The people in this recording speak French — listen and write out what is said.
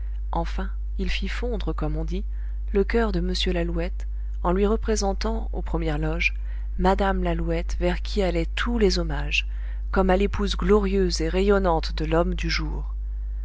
enfin il fit fondre comme on dit le coeur de m lalouette en lui représentant aux premières loges mme lalouette vers qui allaient tous les hommages comme à l'épouse glorieuse et rayonnante de l'homme du jour